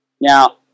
Now